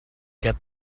get